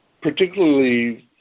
particularly